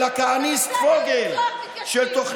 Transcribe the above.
אולי סוף-סוף תגנה את